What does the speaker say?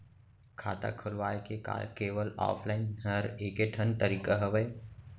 खाता खोलवाय के का केवल ऑफलाइन हर ऐकेठन तरीका हवय?